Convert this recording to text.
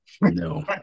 no